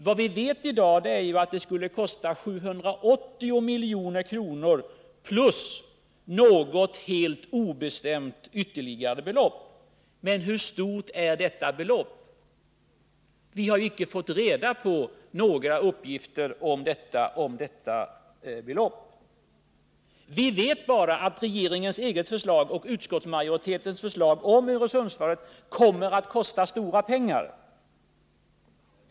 Vad vi vet i dag är att det skulle kosta 780 milj.kr. plus något obestämt ytterligare belopp. Hur stort är detta? Vi har icke fått reda på några uppgifter om det beloppet. Vi vet bara att regeringens eget förslag och utskottsmajoritetens förslag om Öresundsvarvet kommer att kosta stora pengar.